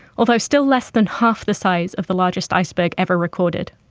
although still less than half the size of the largest iceberg ever recorded.